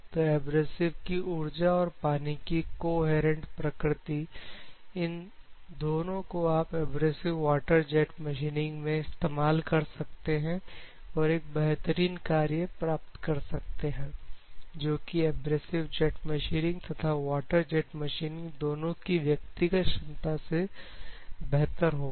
तो एब्रेसिव की ऊर्जा और पानी की कोहेरेंट प्रकृति इन दोनों को आप एब्रेसिव वाटर जेट मशीनिंग में इस्तेमाल कर सकते हैं और एक बेहतरीन कार्य प्राप्त कर सकते हैं जोकि एब्रेजिव जेट मशीनिंग तथा वाटर जेट मशीनिंग दोनों के व्यक्तिगत क्षमता से बेहतर होगा